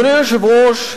אדוני היושב-ראש,